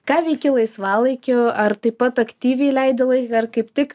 ką veiki laisvalaikiu ar taip pat aktyviai leidi laiką ar kaip tik